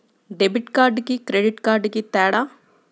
Debit కార్డుకి credit కార్డుకి తేడా?